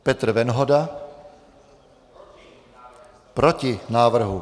Petr Venhoda: Proti návrhu.